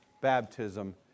baptism